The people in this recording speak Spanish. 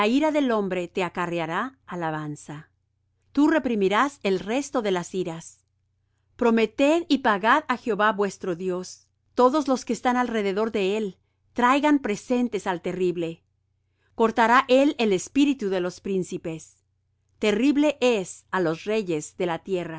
del hombre te acarreará alabanza tú reprimirás el resto de las iras prometed y pagad á jehová vuestro dios todos los que están alrededor de él traigan presentes al terrible cortará él el espíritu de los príncipes terrible es á los reyes de la tierra